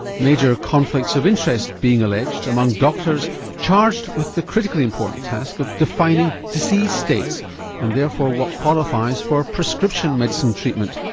major conflicts of interest being alleged among doctors charged with the critically important task of defining disease states and therefore what qualifies for prescription medicine treatment.